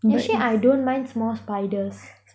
actually I don't mind small spiders